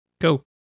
go